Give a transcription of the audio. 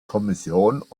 kommission